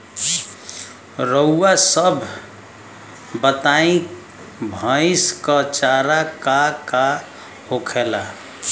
रउआ सभ बताई भईस क चारा का का होखेला?